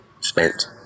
spent